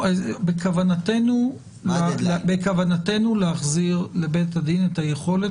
בכוונתנו להחזיר לבית הדין את היכולת